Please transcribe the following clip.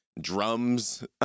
drums